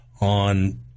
on